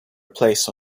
place